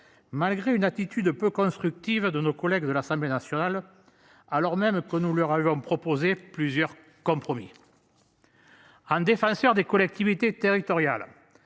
Malgré une attitude peu constructive de nos collègues de l'Assemblée nationale, alors même que nous leur album proposé plusieurs comme promis. Un défenseur des collectivités territoriales.